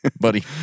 Buddy